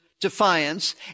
defiance